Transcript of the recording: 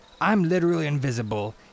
I'm-literally-invisible